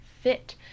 fit